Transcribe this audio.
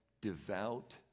devout